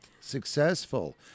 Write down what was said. successful